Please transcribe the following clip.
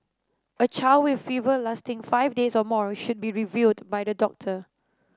a child with fever lasting five days or more should be reviewed by the doctor